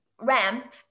ramp